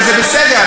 וזה בסדר,